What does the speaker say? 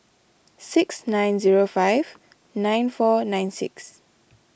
six nine zero five nine four nine six